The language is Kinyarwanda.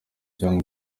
cyangwa